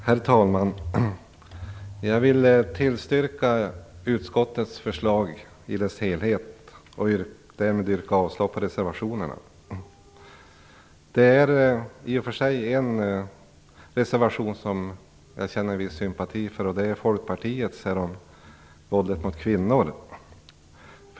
Herr talman! Jag vill tillstyrka utskottets förslag i dess helhet och därmed yrka avslag på reservationerna. Det finns i och för sig en reservation som jag känner viss sympati för, och det är Folkpartiets reservation om våldet mot kvinnor.